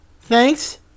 Thanks